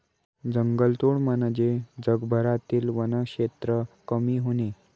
जंगलतोड म्हणजे जगभरातील वनक्षेत्र कमी होणे